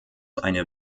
eine